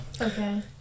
Okay